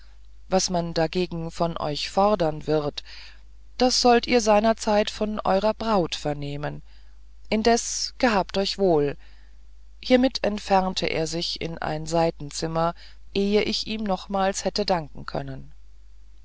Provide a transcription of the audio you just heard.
was man dagegen von euch fordern wird das sollt ihr seinerzeit von eurer braut vernehmen indes gehabt euch wohl hiemit entfernte er sich in ein seitenzimmer eh ich ihm nochmals hatte danken können